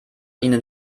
ihnen